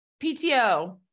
PTO